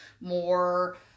more